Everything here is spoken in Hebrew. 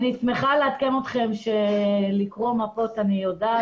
שמחה לעדכן אתכם שלקרוא מפות אני יודעת,